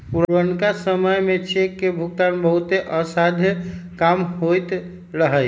पुरनका समय में चेक के भुगतान बहुते असाध्य काम होइत रहै